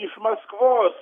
iš maskvos